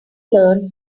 learn